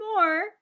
More